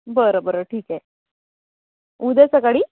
बरं बरं ठीकए उद्या सकाळी